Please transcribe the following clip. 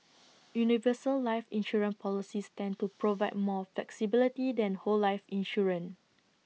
universal life insurance policies tend to provide more flexibility than whole life insurance